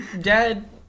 Dad